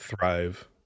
thrive